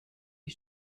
die